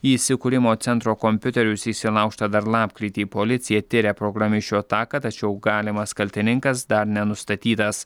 įsikūrimo centro kompiuterius įsilaužta dar lapkritį policija tiria programišių ataką tačiau galimas kaltininkas dar nenustatytas